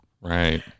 Right